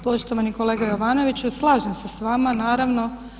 Poštovani kolega Jovanoviću, slažem se sa vama naravno.